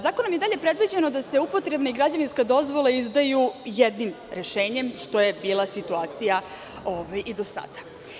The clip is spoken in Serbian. Zakonom je predviđeno da se upotrebne i građevinske dozvole izdaju jednim rešenjem, što je bila situacija i do sada.